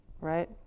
right